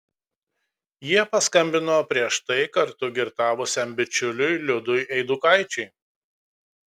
jie paskambino prieš tai kartu girtavusiam bičiuliui liudui eidukaičiui